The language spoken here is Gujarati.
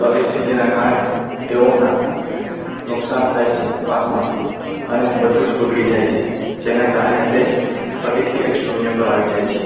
પરિસ્થિતિનાં કારણે તેઓનાં નુકશાન થાય છે પાકમાં અને બધું જ બગડી જાય છે જેનાં કારણે તે ફરીથી એક શૂન્ય પર આવી જાય છે